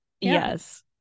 yes